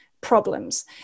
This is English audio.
problems